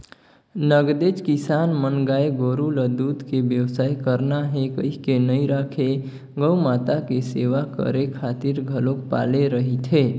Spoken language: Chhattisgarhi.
नगदेच किसान मन गाय गोरु ल दूद के बेवसाय करना हे कहिके नइ राखे गउ माता के सेवा करे खातिर घलोक पाले रहिथे